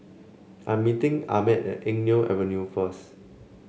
I am meeting Ahmed at Eng Neo Avenue first